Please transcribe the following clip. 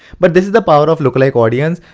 but this is the power of lookalike audience.